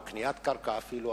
או קניית קרקע אפילו?